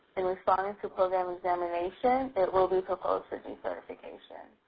in responding to program examination, it will be proposed to decertification.